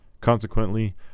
Consequently